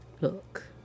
Look